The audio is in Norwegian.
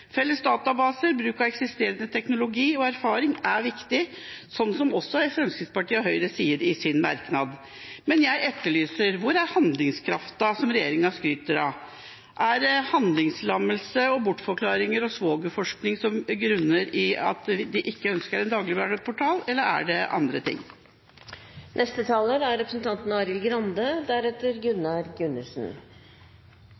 Felles databaser, bruk av eksisterende teknologi og erfaring er viktig, noe også Høyre og Fremskrittspartiet sier i sin merknad. Men jeg etterlyser den handlingskraften som regjeringa skryter av. Er det handlingslammelse, bortforklaringer og svogerforskning som er grunnene til at de ikke ønsker en dagligvareportal, eller er det andre ting? Denne saken handler om én ting, og det er